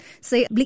say